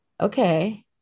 okay